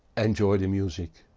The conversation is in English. enjoy the music.